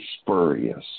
spurious